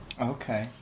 Okay